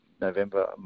November